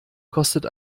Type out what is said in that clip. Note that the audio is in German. kostet